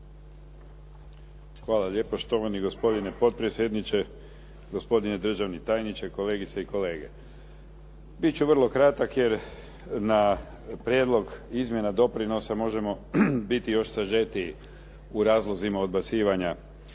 Hvala lijepo štovani gospodine potpredsjedniče, gospodine državni tajniče, kolegice i kolege. Biti ću vrlo kratak jer na prijedlog izmjena doprinosa možemo biti još sažetiji u razlozima odbacivanja